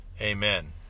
Amen